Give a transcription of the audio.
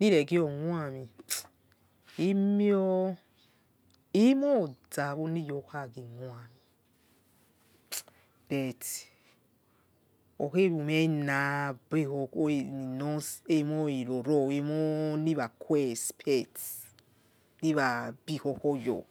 Niresiomuomi imio imozawoni yo khagi womi bet ukherumie na nus emoi roro emoi nerakhe expect emonirabokhokho yor